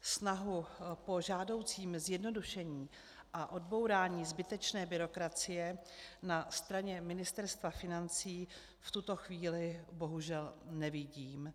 Snahu po žádoucím zjednodušení a odbourání zbytečné byrokracie na straně Ministerstva financí v tuto chvíli bohužel nevidím.